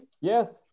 Yes